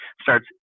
starts